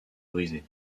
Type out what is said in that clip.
brisée